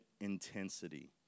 intensity